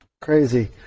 Crazy